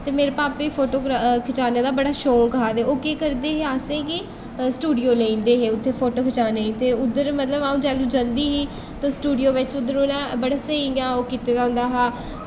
ते मेरे भापे गी फोटो खचाने दा बड़ा शौक हा ते ओह् केह् करदे हे असें गी स्टूडियो लेई जंदे हे उत्थै फोटो खचाने गी ते उद्धर जैह्लूं अ'ऊं जंदे ही ते स्टूडियो च उद्धर उ'नें बड़ा स्हेई ओह् कीते दा होंदा हा